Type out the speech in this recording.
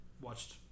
watched